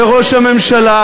לראש הממשלה,